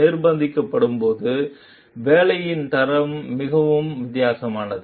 நிர்பந்திக்கப்படும்போது வேலையின் தரம் மிகவும் வித்தியாசமானது